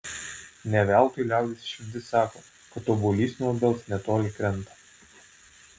ne veltui liaudies išmintis sako kad obuolys nuo obels netoli krenta